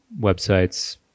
websites